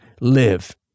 live